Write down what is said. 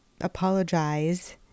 apologize